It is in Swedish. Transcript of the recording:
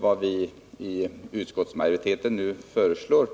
vad vi i utskottsmajoriteten nu föreslår.